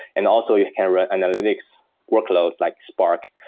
and also it can run analytics workloads like spark.